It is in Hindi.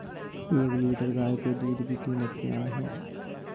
एक लीटर गाय के दूध की कीमत क्या है?